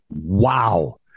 Wow